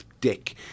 dick